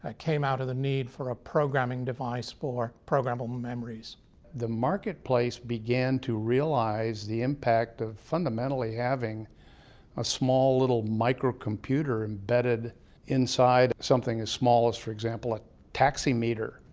ah came out of the need for a programming device for programmable memories. david the marketplace began to realize the impact of fundamentally having a small little microcomputer embedded inside something as small as, for example, a taxi meter.